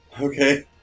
Okay